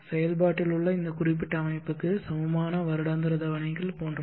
செயல்பாட்டில் உள்ள இந்த குறிப்பிட்ட அமைப்புக்கு சமமான வருடாந்திர தவணைகள் போன்றவை